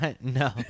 No